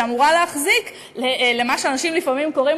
שאמורה להחזיק למה שאנשים לפעמים קוראים